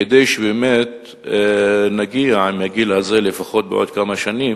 כדי שבאמת נגיע עם הגיל הזה, לפחות בעוד כמה שנים,